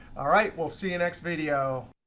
all right, we'll see you next video.